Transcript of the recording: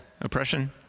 oppression